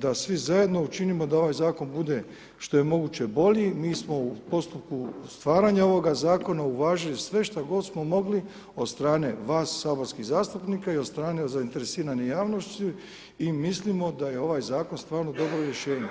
da svi zajedno učinimo da ovaj zakon bude što je moguće bolji, mi smo u postupku staranja ovoga zakona uvažili sve šta god smo mogli od strane vas saborskih zastupnika i od strane zainteresirane javnosti i mislimo da je ovaj zakon stvarno dobro rješenje.